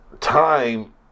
time